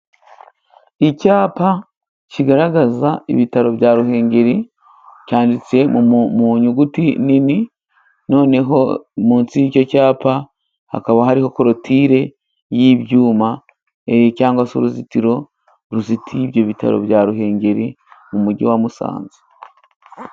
Icyapa kigaragaza ibitaro bya Ruhengeri cyanditse mu nyuguti nini, noneho munsi y'icyo cyapa hakaba hariho koroture y'ibyuma cyangwa se uruzitiro ruzitiye ibyo bitaro bya Ruhengeri, mu mujyi wa Musanze.